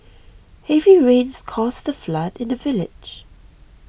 heavy rains caused a flood in the village